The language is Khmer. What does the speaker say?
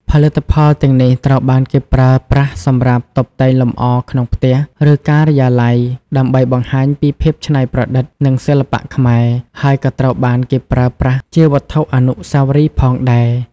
ផលិតផលទាំងនេះត្រូវបានគេប្រើប្រាស់សម្រាប់តុបតែងលម្អក្នុងផ្ទះ ឬការិយាល័យ ដើម្បីបង្ហាញពីភាពច្នៃប្រឌិត និងសិល្បៈខ្មែរ ហើយក៏ត្រូវបានគេប្រើប្រាស់ជាវត្ថុអនុស្សាវរីយ៍ផងដែរ។